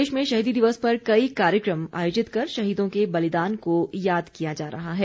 प्रदेश में शहीदी दिवस पर कई कार्यक्रम आयोजित कर शहीदों के बलिदान को याद किया जा रहा है